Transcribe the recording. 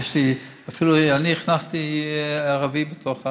אפילו אני הכנסתי ערבי לתוך הוועדה,